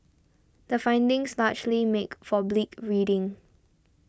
the findings largely make for bleak reading